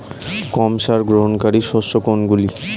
কম সার গ্রহণকারী শস্য কোনগুলি?